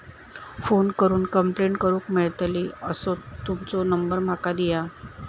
Phone करून complaint करूक मेलतली असो तुमचो नंबर माका दिया?